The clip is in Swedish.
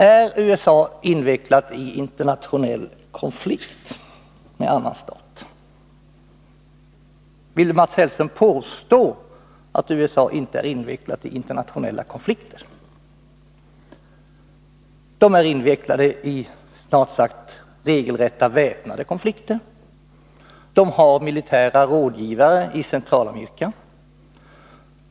Är USA invecklat i internationell konflikt med annan stat? Vill Mats Hellström påstå att USA inte är invecklat i internationella konflikter? Det är min fråga nr 1. USA är invecklat i snart sagt regelrätta väpnade konflikter. USA har militära rådgivare i Centralamerika.